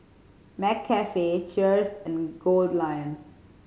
McCafe Cheers and Goldlion